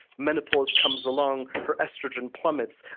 menopause comes along her estrogen plummets,